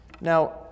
Now